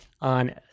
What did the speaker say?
on